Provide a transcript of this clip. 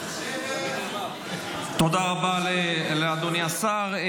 --- תודה רבה לאדוני השר.